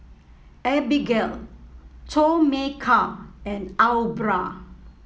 Abigale Tomeka and Aubra